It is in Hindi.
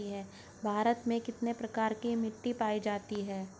भारत में कितने प्रकार की मिट्टी पाई जाती हैं?